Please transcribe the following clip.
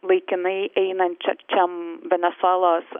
laikinai einančiačiam venesuelos